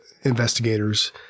investigators